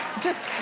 just.